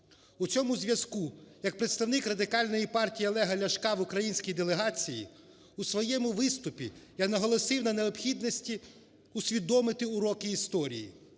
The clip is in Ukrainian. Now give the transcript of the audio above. У цьому зв'язку як представник Радикальної партії Олега Ляшка в українській делегації у своєму виступі я наголосив на необхідності усвідомити уроки історії